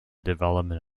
development